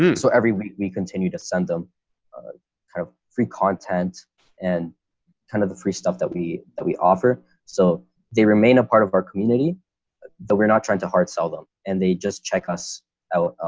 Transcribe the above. yeah so every week we continue to send them kind of free content and kind of the free stuff that we that we offer. so they remain a part of our community that we're not trying to hard sell them and they just check us out